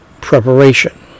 preparation